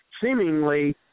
seemingly